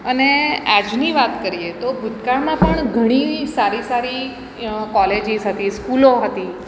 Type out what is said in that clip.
અને આજની વાત કરીએ તો ભૂતકાળમાં પણ ઘણી એવી સારી સારી કોલેજીસ હતી સ્કૂલો હતી